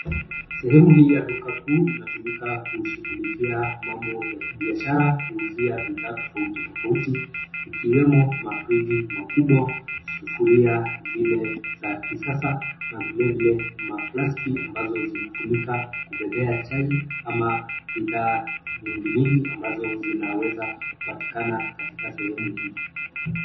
Sehemu hii ya duka kuu, inatumika kushughulikia mambo ya kibiashara, kuuzia bidhaa tofauti tofauti, ikiwemo mafriji makubwa, sufuria zile za kisasa, na vilevile, maflaski ambazo zinatumika kubebea chai ama bidhaa nyingi nyingi ambazo zinaweza kupatikana katika sehemu hii.